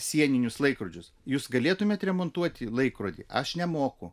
sieninius laikrodžius jūs galėtumėt remontuoti laikrodį aš nemoku